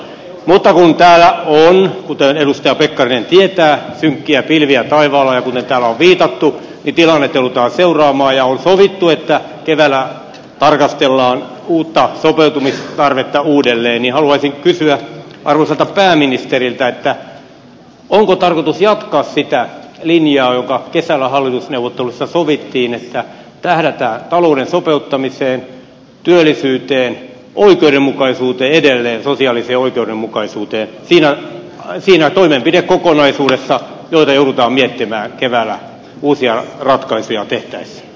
mutta kun täällä on kuten edustaja pekkarinen tietää synkkiä pilviä taivaalla ja kuten täällä on viitattu tilannetta joudutaan seuraamaan ja on sovittu että keväällä tarkastellaan uutta sopeutumistarvetta uudelleen niin haluaisin kysyä arvoisalta pääministeriltä onko tarkoitus jatkaa sitä linjaa joka kesällä hallitusneuvotteluissa sovittiin että tähdätään talouden sopeuttamiseen työllisyyteen oikeudenmukaisuuteen edelleen sosiaaliseen oikeudenmukaisuuteen siinä toimenpidekokonaisuudessa jota joudutaan miettimään keväällä uusia ratkaisuja tehtäessä